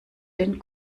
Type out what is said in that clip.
den